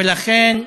ולכן,